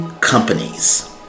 companies